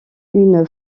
une